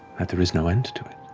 that there is no end to it.